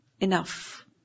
enough